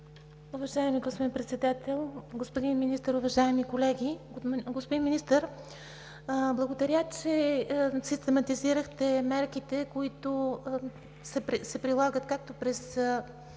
Уважаеми господин Председател, господин Министър, уважаеми колеги! Господин Министър, благодаря че систематизирахте мерките, които се прилагат както през